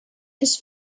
his